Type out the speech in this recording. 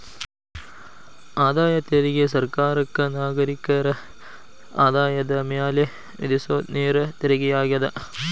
ಆದಾಯ ತೆರಿಗೆ ಸರ್ಕಾರಕ್ಕ ನಾಗರಿಕರ ಆದಾಯದ ಮ್ಯಾಲೆ ವಿಧಿಸೊ ನೇರ ತೆರಿಗೆಯಾಗ್ಯದ